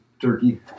Turkey